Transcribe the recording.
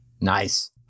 Nice